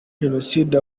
jenoside